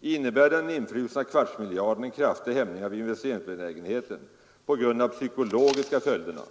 innebär den infrusna kvartsmiljarden en kraftig hämning av investeringsbenägenheten på grund av de psykologiska följderna.